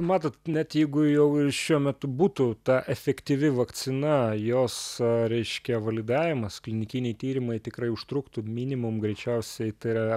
matot net jeigu jau ir šiuo metu būtų ta efektyvi vakcina jos reiškia validavimas klinikiniai tyrimai tikrai užtruktų minimum greičiausiai tai ir yra